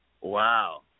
Wow